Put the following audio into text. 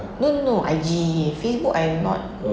no no no I_G Facebook I am not